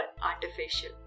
artificial